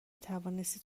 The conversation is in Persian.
توانستید